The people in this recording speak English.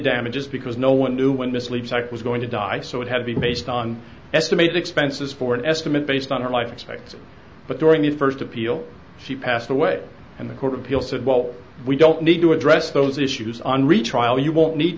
damages because no one knew when mislead site was going to die so it had to be based on estimates expenses for an estimate based on her life expectancy but during the first appeal she passed away and the court of appeal said well we don't need to address those issues on retrial you won't need